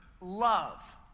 love